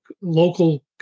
local